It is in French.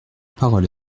parole